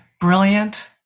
brilliant